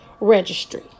registry